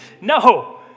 No